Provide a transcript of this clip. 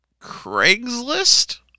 Craigslist